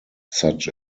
such